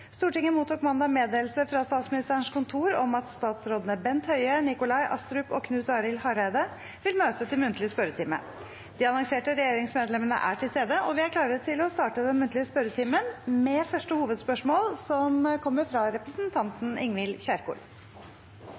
Stortinget mottok mandag meddelelse fra Statsministerens kontor om at statsrådene Bent Høie, Nikolai Astrup og Knut Arild Hareide vil møte til muntlig spørretime. De annonserte regjeringsmedlemmene er til stede, og vi er klare til å starte den muntlige spørretimen. Vi starter med første hovedspørsmål, fra representanten Ingvild Kjerkol.